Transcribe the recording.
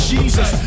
Jesus